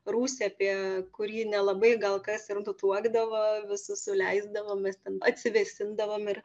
rūsį apie kurį nelabai gal kas ir nutuokdavo visus suleisdavo mes ten atsivėsindavom ir